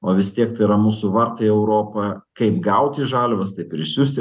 o vis tiek tai yra mūsų vartai į europą kaip gauti žaliavas tai prisiųsti